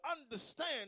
understand